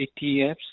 etfs